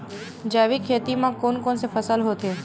जैविक खेती म कोन कोन से फसल होथे?